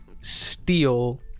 steal